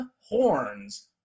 horns